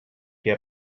què